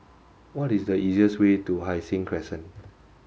what is the easiest way to Hai Sing Crescent